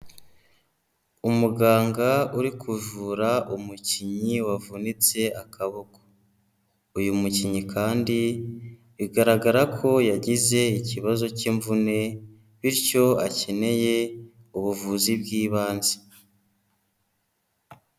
Umuganga uri kuvura umukinnyi wavunitse akaboko, uyu mukinnyi kandi bigaragara ko yagize ikibazo cy'imvune, bityo akeneye ubuvuzi bw'ibanze.